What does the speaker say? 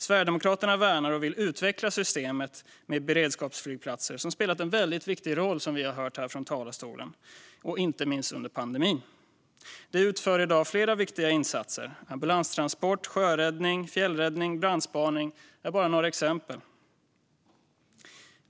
Sverigedemokraterna värnar och vill utveckla systemet med beredskapsflygplatser som spelat en väldigt viktig roll, som vi har hört här från talarstolen, inte minst under pandemin. De utför i dag flera viktiga insatser. Ambulanstransporter, sjöräddning, fjällräddning, brandspaning är bara några exempel.